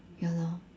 ya lor